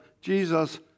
Jesus